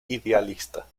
idealista